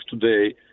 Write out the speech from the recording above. today